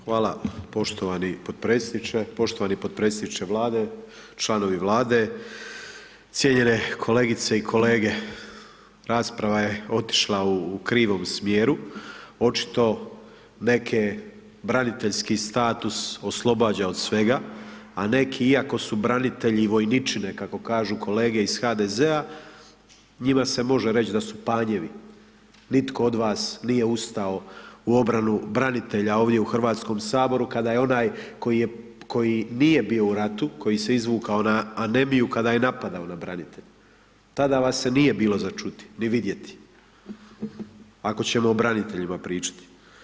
Hvala poštovani potpredsjedniče, poštovani potpredsjedniče Vlade, članovi Vlade, cijenjene kolegice i kolege, rasprava je otišla u krivom smjeru, očito neke braniteljski status oslobađa od svega, a neke iako su branitelji i vojničine, kako kažu kolege iz HDZ-a, njima se može reć da su panjevi, nitko od vas nije ustao u obranu branitelja ovdje u HS kada je onaj koji nije bio u ratu, koji se izvukao na anemiju, kada je napadao na branitelje, tada vas se nije bilo za čuti, ni vidjeti, ako ćemo o braniteljima pričati.